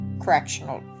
correctional